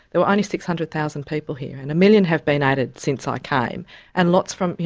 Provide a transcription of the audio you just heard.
there were only six hundred thousand people here and a million have been added since i came and lots from, you